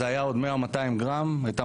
זה היה עוד 100 או 200 גרם היא הייתה